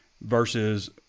versus